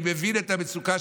אני מבין את המצוקה,